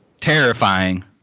terrifying